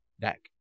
deck